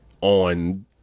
on